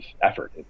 effort